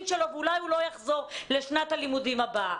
שלו ואולי הוא לא יחזור לשנת הלימודים הבאה.